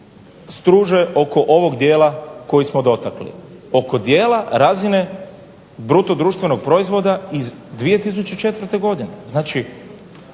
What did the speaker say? struže oko ovog dijela koji smo dotakli, oko dijela razine bruto društvenog proizvoda iz 2004. godine.